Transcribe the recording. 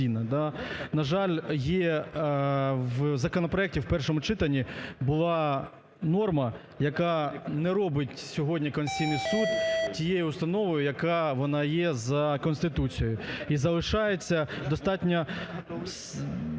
На жаль, є в законопроекті, в першому читанні була норма, яка не робить сьогодні Конституційний Суд тією установою, яка вона є за Конституцією. І залишається достатньо